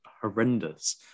horrendous